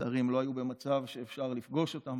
לצערי הם לא היו במצב שאפשר לפגוש אותם,